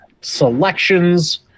selections